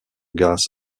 gas